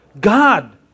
God